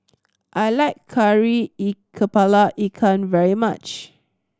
I like kari kepala ikan very much